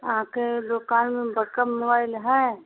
अहाँके दोकानमे बड़का मोबाइल हए